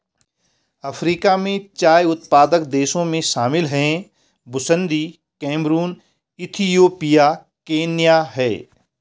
Africa में चाय उत्पादक देशों में शामिल हैं बुसन्दी कैमरून इथियोपिया केन्या है